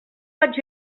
vaig